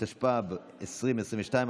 התשפ"ב 2022,